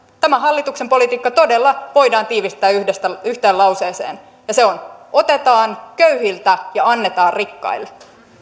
tämä hallituksen politiikka todella voidaan tiivistää yhteen lauseeseen ja se on otetaan köyhiltä ja annetaan rikkaille